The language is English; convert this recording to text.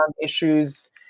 issues